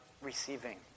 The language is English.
receiving